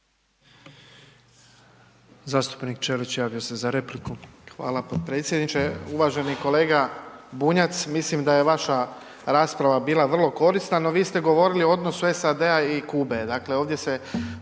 Zastupnik Ćelić javio se za repliku. **Ćelić, Ivan (HDZ)** Hvala potpredsjedniče. Uvaženi kolega Bunjac, mislim da je vaša rasprava bila vrlo korisna, no vi ste govorili o odnosu SAD-a i Kube,